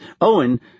Owen